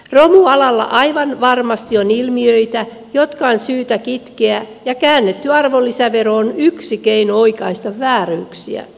romualalla aivan varmasti on ilmiöitä jotka on syytä kitkeä ja käännetty arvonlisävero on yksi keino oikaista vääryyksiä